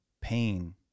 pain